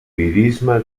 lirisme